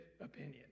opinion